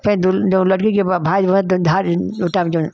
फेर दुन जौन लड़की के भाई जो है त धारीन उतार जौन